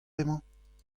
emañ